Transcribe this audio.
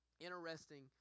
interesting